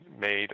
made